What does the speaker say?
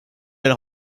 elle